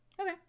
Okay